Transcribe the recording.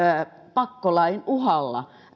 pakkolain uhalla